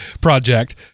project